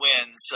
wins